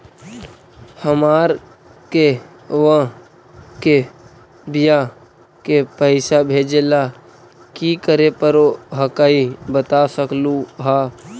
हमार के बह्र के बियाह के पैसा भेजे ला की करे परो हकाई बता सकलुहा?